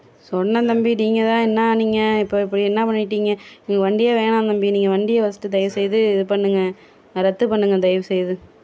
சொன்னேன் தம்பி நீங்கள்தான் என்ன நீங்கள் இப்போ எப்படி என்ன பண்ணிவிட்டிங்க நீங்கள் வண்டியே வேணாம் தம்பி நீங்கள் வண்டியை ஃபர்ஸ்ட்டு தயவுசெய்து இது பண்ணுங்க ரத்து பண்ணுங்க தயவு செய்து